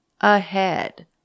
ahead